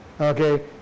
Okay